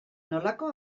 nolako